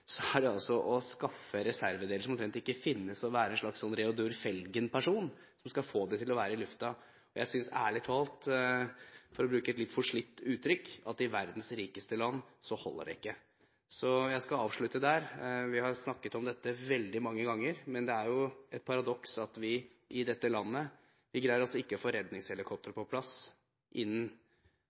å skaffe reservedeler som omtrent ikke finnes. Det må være en slags Reodor Felgen-person som skal få helikoptrene til å være i lufta. Jeg synes ærlig talt at i verdens rikeste land, for å bruke et litt forslitt uttrykk, holder det ikke. Jeg skal avslutte der – vi har snakket om dette veldig mange ganger. Men det er et paradoks at vi i dette landet altså ikke greier å få redningshelikoptre på plass innen rimelig overtid, vi greier ikke å få Nødnett på plass,